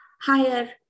higher